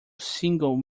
single